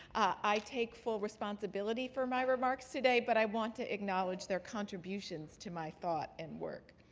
i take full responsibility for my remarks today, but i want to acknowledge their contributions to my thought and work.